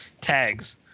tags